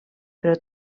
però